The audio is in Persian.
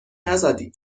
نزدیم